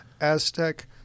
Aztec